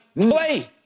play